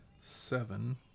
seven